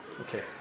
Okay